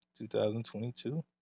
2022